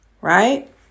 Right